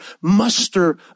muster